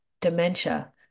dementia